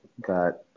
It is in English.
got